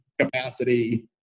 capacity